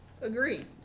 agree